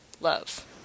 love